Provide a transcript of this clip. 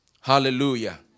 Hallelujah